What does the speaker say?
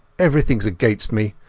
aeverythingas against me.